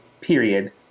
Period